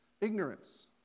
Ignorance